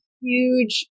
huge